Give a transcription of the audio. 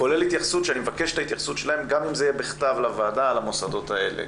כולל התייחסות שלהם בכתב לוועדה על המוסדות האלה.